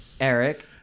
Eric